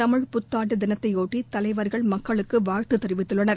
தமிழ்ப் புத்தாண்டு தினத்தையொட்டி தலைவர்கள் மக்களுக்கு வாழ்த்து தெரிவித்துள்ளனர்